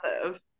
massive